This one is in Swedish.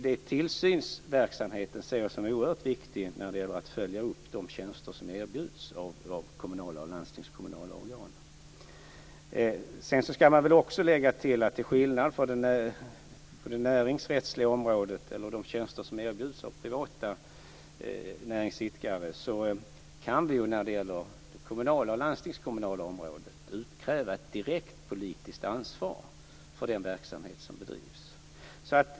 Den tillsynsverksamheten är oerhört viktig när det gäller att följa upp de tjänster som erbjuds av kommunala och landstingskommunala organ. Sedan skall man lägga till att till skillnad från de tjänster som erbjuds av privata näringsidkare kan det, när det gäller det kommunala och landstingskommunala området, utkrävas ett direkt politiskt ansvar för den verksamhet som bedrivs.